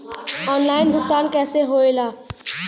Online भुगतान कैसे होए ला?